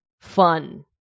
fun